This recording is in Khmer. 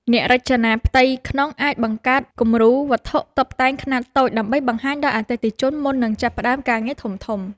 អ្នករចនាផ្ទៃក្នុងអាចបង្កើតគំរូវត្ថុតុបតែងខ្នាតតូចដើម្បីបង្ហាញដល់អតិថិជនមុននឹងចាប់ផ្តើមការងារធំៗ។